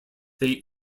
they